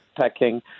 pecking